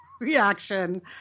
reaction